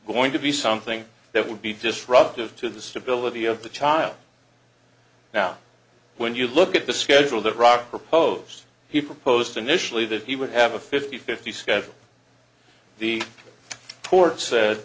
going to be something that would be disruptive to the stability of the child now when you look at the schedule that rock proposed he proposed initially that he would have a fifty fifty schedule the court said